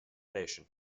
nation